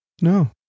no